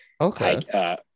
okay